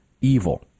evil